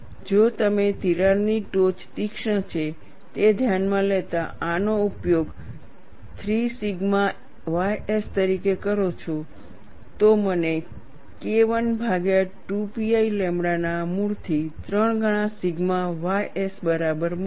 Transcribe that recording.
જો તમે તિરાડની ટોચ તીક્ષ્ણ છે તે ધ્યાનમાં લેતા આનો ઉપયોગ 3 સિગ્મા ys તરીકે કરો છો તો મને KI ભાગ્યા 2 pi લેમ્બડા ના મૂળથી 3 ગણા સિગ્મા ys બરાબર મળશે